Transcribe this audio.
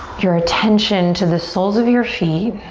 your attention to the soles of your feet